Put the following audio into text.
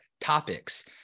topics